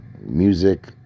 music